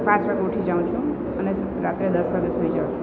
પાંચ વાગે ઉઠી જાઉં છું અને રાત્રે દસ વાગે સૂઈ જાઉં છું